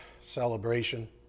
celebration